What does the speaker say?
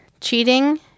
Cheating